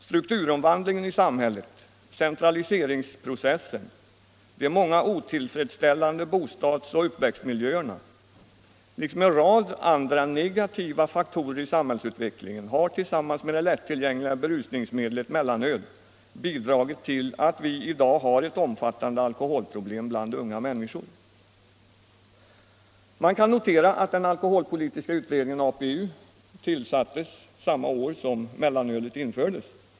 Strukturomvandlingen i samhället, centraliseringsprocessen, de många otillfredsställande bostadsoch uppväxtmiljöerna liksom en rad andra negativa faktorer i samhällsutvecklingen har tillsammans med det lättillgängliga berusningsmedlet mellanöl bidragit till att vi i dag har ett omfattande alkoholproblem bland unga människor. Man kan notera att den alkoholpolitiska utredningen tillsattes samma år som mellanölet infördes.